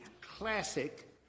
classic